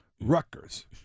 Rutgers